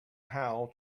how